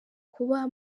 kuba